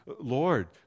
Lord